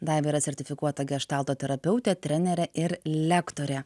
daiva yra sertifikuota geštalto terapeutė trenerė ir lektorė